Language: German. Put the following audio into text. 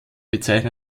besitzt